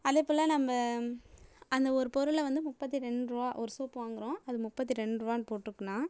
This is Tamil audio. அதே போல் நம்ம அந்த ஒரு பொருளை வந்து முப்பத்தி ரெண்டுருவா ஒரு சோப்பு வாங்குறோம் அது முப்பத்தி ரெண்டுருவானு போட்டிருக்குன்னா